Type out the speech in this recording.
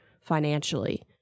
financially